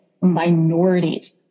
minorities